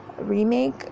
remake